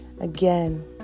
Again